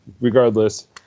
regardless